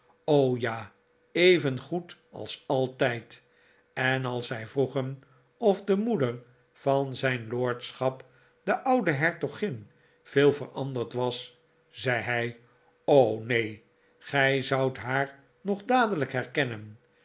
ja even goed als altijd en als zij vroegen of de moeder van zijn lordschap de oude hertogin veel veranderd was zei hij neen gij zoudt haar nog dadelijk herkennen